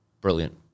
brilliant